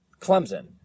Clemson